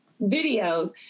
videos